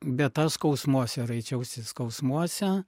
bet aš skausmuose raičiausi skausmuose